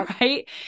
right